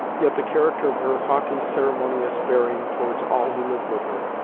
yet the character of her haughty, ceremonious bearing towards all who lived with her,